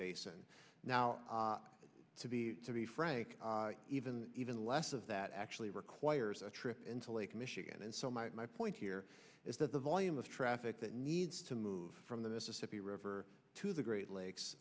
basin now to be to be frank even even less of that actually requires a trip into lake michigan and so my point here is that the volume of traffic that needs to move from the mississippi river to the great lakes